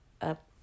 up